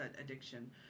addiction